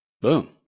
Boom